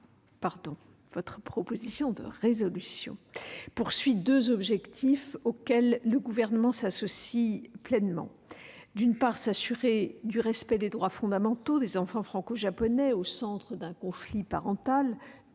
Votre proposition de résolution, monsieur le sénateur, a deux objectifs auxquels le Gouvernement s'associe pleinement. D'une part, il s'agit de s'assurer du respect des droits fondamentaux des enfants franco-japonais au centre d'un conflit parental,